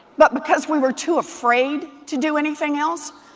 but because we were too afraid to do anything else?